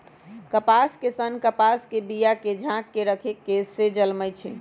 कपास के सन्न कपास के बिया के झाकेँ रक्खे से जलमइ छइ